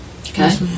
Okay